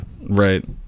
Right